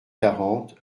quarante